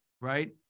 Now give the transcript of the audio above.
right